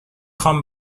خوام